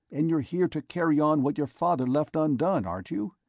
and you're here to carry on what your father left undone, aren't you?